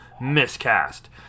miscast